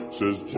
says